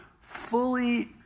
fully